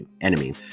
enemy